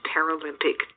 Paralympic